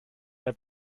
der